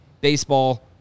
baseball